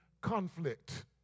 conflict